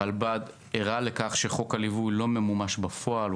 הרלב"ד ערה לכך שחוק הליווי לא ממומש בפועל.